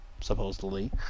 supposedly